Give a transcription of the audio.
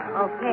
Okay